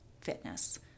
fitness